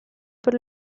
per